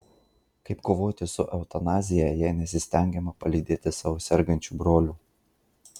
kaip kovoti su eutanazija jei nesistengiama palydėti savo sergančių brolių